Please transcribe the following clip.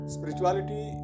Spirituality